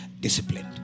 disciplined